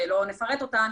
שלא נפרט אותן